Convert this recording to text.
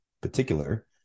particular